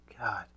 god